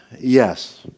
Yes